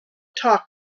talk